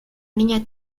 niña